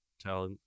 Tell